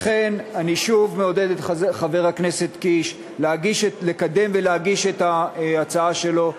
לכן אני שוב מעודד את חבר הכנסת קיש לקדם ולהגיש את ההצעה שלו.